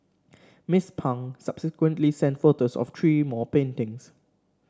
Miss Pang subsequently sent photos of three more paintings